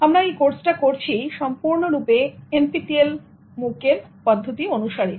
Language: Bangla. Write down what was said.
আমরা এই কোর্স টা করছি সম্পূর্ণরূপে NPTEL MOOC N P T এল মুক এর পদ্ধতি অনুসারে